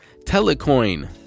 telecoin